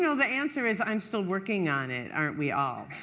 you know the answer is, i am still working on it. aren't we all?